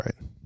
right